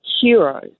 heroes